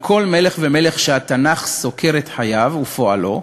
על כל מלך ומלך שהתנ"ך סוקר את חייו ופועלו,